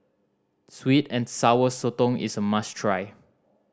sweet and Sour Sotong is a must try